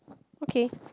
okay